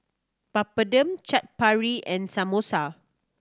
Papadum Chaat Papri and Samosa